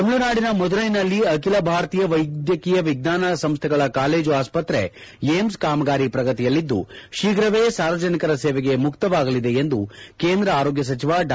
ತಮಿಳುನಾಡಿನ ಮಧುರೈನಲ್ಲಿ ಅಖಿಲ ಭಾರತೀಯ ವೈದ್ಯಕೀಯ ವಿಜ್ಣಾನ ಸಂಸ್ಥೆಗಳ ಕಾಲೇಜು ಆಸ್ಪಕ್ರೆ ಏಮ್ಸ್ ಕಾಮಗಾರಿ ಪ್ರಗತಿಯಲ್ಲಿದ್ದು ಶೀಘವೇ ಸಾರ್ವಜನಿಕರ ಸೇವೆಗೆ ಮುಕ್ತವಾಗಲಿದೆ ಎಂದು ಕೇಂದ್ರ ಆರೋಗ್ಯ ಸಚಿವ ಡಾ